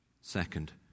Second